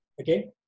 okay